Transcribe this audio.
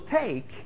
take